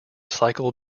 cycle